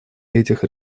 этих